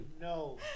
No